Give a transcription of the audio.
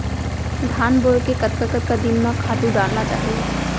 धान बोए के कतका कतका दिन म खातू डालना चाही?